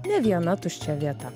ne viena tuščia vieta